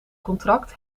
contract